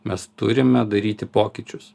mes turime daryti pokyčius